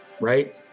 right